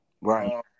Right